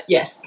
Yes